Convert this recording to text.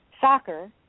soccer